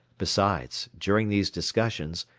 besides, during these discussions,